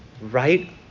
right